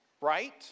right